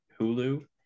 Hulu